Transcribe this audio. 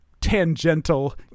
tangential